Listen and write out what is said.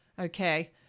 okay